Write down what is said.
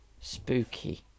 spooky